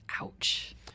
Ouch